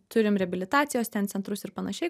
turim reabilitacijos ten centrus ir panašiai kur